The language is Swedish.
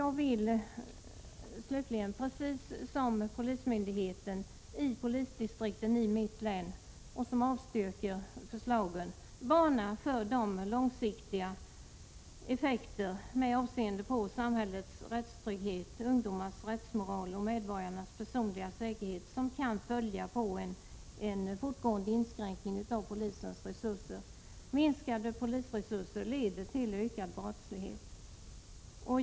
Jag vill slutligen precis som polismyndigheterna i polisdistrikten i mitt län, som avstyrker förslagen, varna för de långsiktiga effekter med avseende på samhällets rättstrygghet, ungdomars rättsmoral och medborgarnas personliga säkerhet som kan följa på en fortgående inskränkning av polisens resurser. Minskade polisresurser leder till ökad brottslighet.